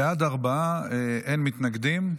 בעד, ארבעה, אין מתנגדים.